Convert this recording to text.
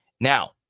Now